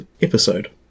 episode